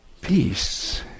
peace